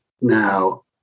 Now